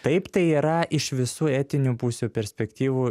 taip tai yra iš visų etinių pusių perspektyvų